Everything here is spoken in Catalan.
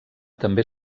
també